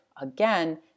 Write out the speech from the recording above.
again